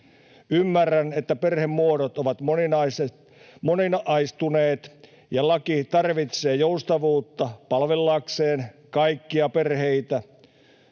Ymmärrän, että perhemuodot ovat moninaistuneet ja laki tarvitsee joustavuutta palvellakseen kaikkia perheitä.